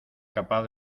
capaz